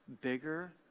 bigger